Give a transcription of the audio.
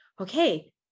okay